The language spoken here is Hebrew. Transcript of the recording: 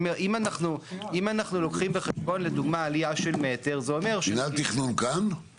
אם אנחנו לוקחים בחשבון לדוגמה עלייה של מטר של מי